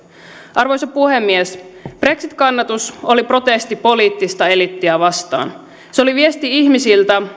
arvoisa puhemies brexit kannatus oli protesti poliittista eliittiä vastaan se oli viesti ihmisiltä